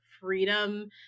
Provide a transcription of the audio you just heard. freedom